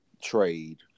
trade